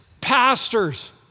pastors